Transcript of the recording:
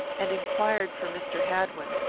and inquired for mr. hadwin.